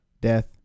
death